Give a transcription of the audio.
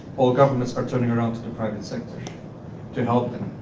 all governments are turning around to the private sector to help them.